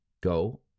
go